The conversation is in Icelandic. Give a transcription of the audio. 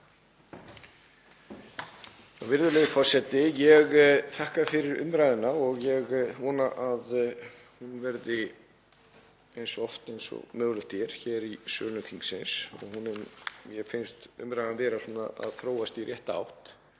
Virðulegi forseti. Ég þakka fyrir umræðuna og ég vona að hún verði eins oft og mögulegt er hér í sölum þingsins. Mér finnst umræðan vera að þróast í rétta átt.